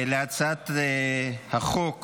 להצעת החוק